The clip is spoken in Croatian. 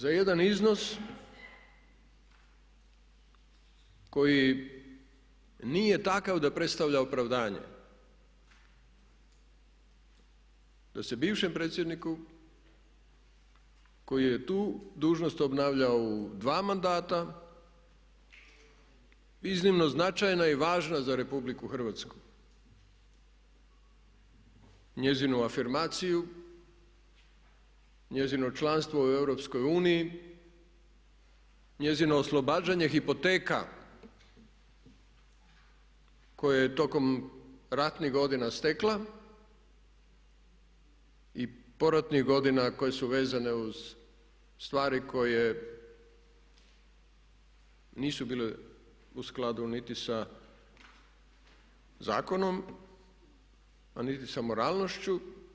Za jedan iznos koji nije takav da predstavlja opravdanje da se bivšem predsjedniku koji je tu dužnost obnavljao u dva mandata iznimno značajna i važna za Republiku Hrvatsku i njezinu afirmaciju, njezino članstvo u EU, njezino oslobađanje hipoteka koje je tokom ratnih godina stekla i poratnih godina koje su vezane uz stvari koje nisu bile u skladu niti sa zakonom a niti sa moralnošću.